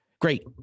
Great